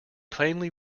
plainly